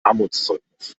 armutszeugnis